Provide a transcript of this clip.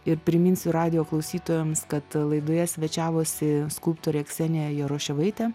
ir priminsiu radijo klausytojams kad laidoje svečiavosi skulptorė ksenija jaroševaitė